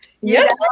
Yes